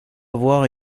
avoir